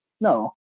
no